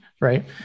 Right